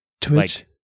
Twitch